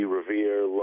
Revere